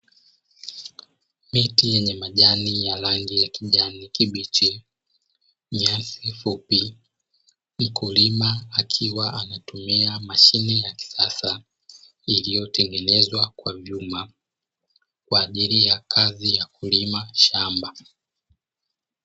Miti yenye majani ya rangi ya kijani kibichi, nyasi fupi, mkulima akiwa anatumia mashine ya kisasa iliyotengenezwa kwa vyuma kwa ajili ya kazi ya kulima shamba.